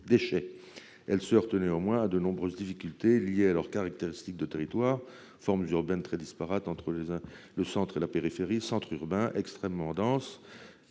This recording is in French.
déchets. Elles se heurtent néanmoins à de nombreuses difficultés liées aux caractéristiques de leur territoire : formes urbaines très disparates entre le centre et la périphérie, centre urbain extrêmement dense,